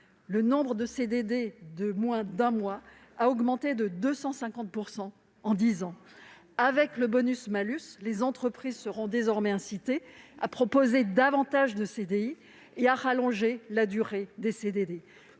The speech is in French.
le nombre de CDD de moins d'un mois a augmenté de 250 % en dix ans. Vous avez tout fait pour ! Avec le bonus-malus, les entreprises seront désormais incitées à proposer davantage de CDI et à allonger la durée des CDD.